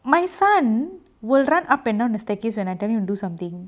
my son will run up and down the staircase when I tell him to do something